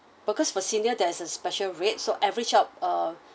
because for senior there's a special rate so average out uh